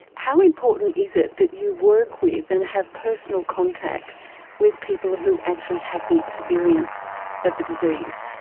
how important is it that you work with and have personal contact with people who actually have the experience of the disease?